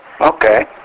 Okay